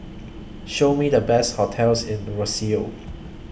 Show Me The Best hotels in Roseau